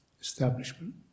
establishment